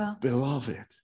beloved